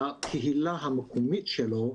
לקהילה המקומית שלו,